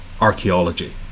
archaeology